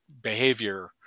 behavior